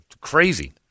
crazy